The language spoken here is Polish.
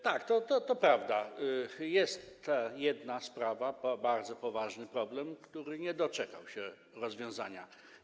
Tak, to prawda, jest jedna sprawa, bardzo poważny problem, który nie doczekał się rozwiązania.